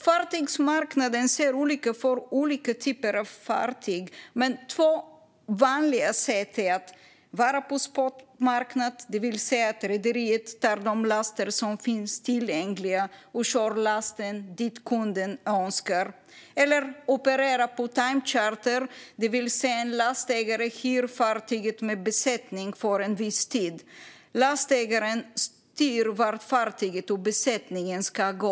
Fartygsmarknaden ser olika ut för olika typer av fartyg, men två vanliga sätt att agera på marknaden är att vara på spotmarknaden, det vill säga att rederiet tar de laster som finns tillgängliga och kör dit kunden önskar, samt att operera på timecharter, det vill säga att en lastägare hyr fartyget med besättning för en viss tid. Lastägaren styr då vart fartyget och besättningen ska gå.